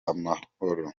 amahoro